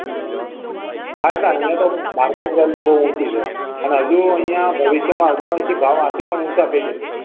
હા એટલે અહીંયા તો માર્કેટ વેલ્યૂ બહુ ઊંચી છે અને હજી અહીંયા ભવિષ્યમાં હજુ આનથી પણ ભાવ આથી ઊંચા થઈ જશે